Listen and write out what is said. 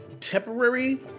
temporary